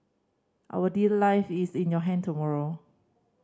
our leader life is in your hand tomorrow